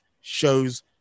shows